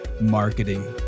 marketing